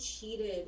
cheated